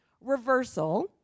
reversal